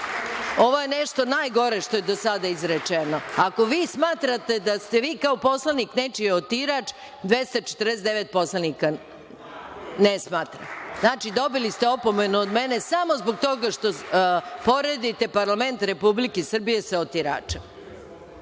Ovo je nešto najgore što je do sada izrečeno. Ako vi smatrate da ste vi kao poslanik nečiji otirač, 249 poslanika ne smatra. Dobili ste opomenu od mene samo zato što poredite parlament Republike Srbije sa otiračem.